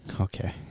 Okay